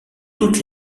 toutes